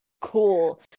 cool